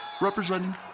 representing